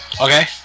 Okay